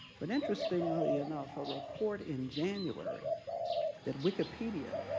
but interestingly enough, a report in january that wikipedia